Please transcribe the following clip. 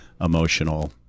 emotional